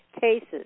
Cases